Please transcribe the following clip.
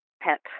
pet